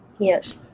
Yes